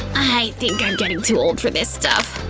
i think i'm getting too old for this stuff.